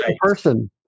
person